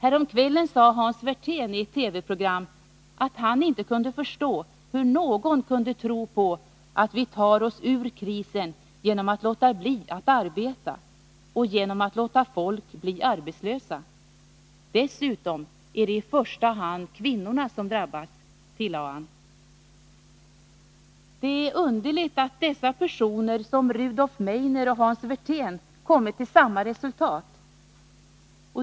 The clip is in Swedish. Häromkvällen sade Hans Werthén i ett TV-program att han inte kunde förstå, hur någon kunde tro på att vi tar oss ur krisen genom att låta bli att arbeta och genom att låta folk bli arbetslösa. Dessutom är det i första hand kvinnorna som drabbas, tillade han. Det är underligt att dessa två personer, Rudolf Meidner och Hans Werthén, kommit till samma resultat.